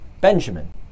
Benjamin